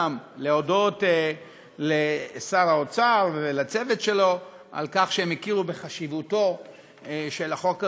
להודות גם לשר האוצר ולצוות שלו על כך שהם הכירו בחשיבותו של החוק הזה,